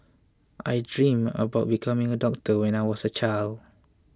I dreamt of becoming a doctor when I was a child